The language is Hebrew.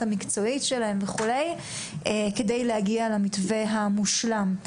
המקצועית שלהם כדי להגיע למתווה המושלם.